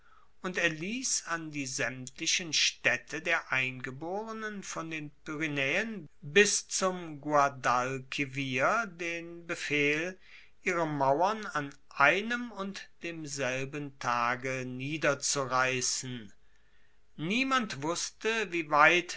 und erliess an die saemtlichen staedte der eingeborenen von den pyrenaeen bis zum guadalquivir den befehl ihre mauern an einem und demselben tage niederzureissen niemand wusste wie weit